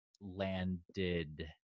landed